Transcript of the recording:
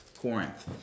Corinth